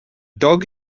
dog